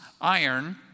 iron